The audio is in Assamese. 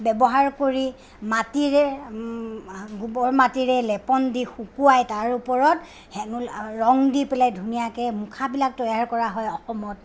ব্যৱহাৰ কৰি মাটিৰে গোবৰ মাটিৰে লেপন দি শুকোৱাই তাৰ ওপৰত হেঙুল ৰং দি পেলাই ধুনীয়াকে মুখাবিলাক তৈয়াৰ কৰা হয় অসমত